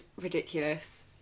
ridiculous